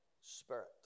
spirit